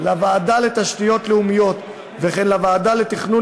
לוועדה לתשתיות לאומיות וכן לוועדה לתכנון